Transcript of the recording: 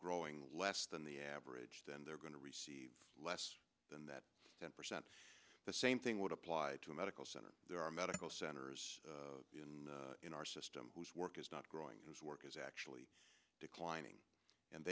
growing less than the average then they're going to receive less than that ten percent the same thing would apply to a medical center there are medical centers in our system whose work is not growing because work is actually declining and